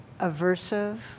aversive